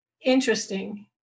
interesting